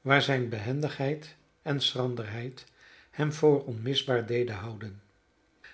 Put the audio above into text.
waar zijne behendigheid en schranderheid hem voor onmisbaar deden houden